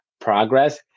progress